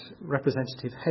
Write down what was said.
representative